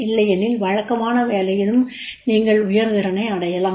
இல்லையெனில் வழக்கமான வேலையிலும் நீங்கள் உயர் திறனை அடையலாம்